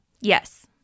Yes